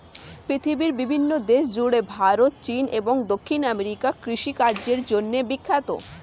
পৃথিবীর বিভিন্ন দেশ জুড়ে ভারত, চীন এবং দক্ষিণ আমেরিকা কৃষিকাজের জন্যে বিখ্যাত